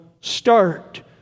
start